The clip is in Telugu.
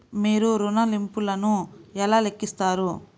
మీరు ఋణ ల్లింపులను ఎలా లెక్కిస్తారు?